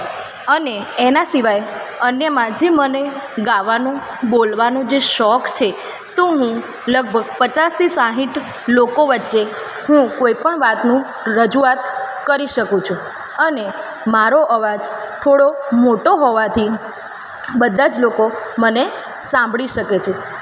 અને એના સિવાય અન્ય માં જે મને ગાવાનું બોલવાનું જે શોખ છે તો હું લગભગ પચાસથી સાઠ લોકો વચ્ચે હું કોઇ પણ વાતનું રજૂઆત કરી શકું છું અને મારો અવાજ થોડો મોટો હોવાથી બધા જ લોકો મને સાંભળી શકે છે